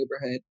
neighborhood